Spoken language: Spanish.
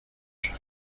soy